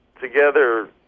together